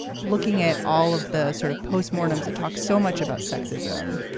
looking at all of the sort of post-mortems that talk so much about sexism,